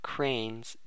Crane's